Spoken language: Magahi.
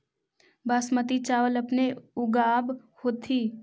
बासमती चाबल अपने ऊगाब होथिं?